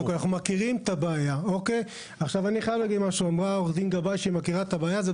אנחנו מכירים את הבעיה; אמרה עו"ד גבאי שהיא מכירה את הבעיה,